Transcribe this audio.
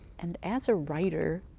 and as a writer,